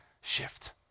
shift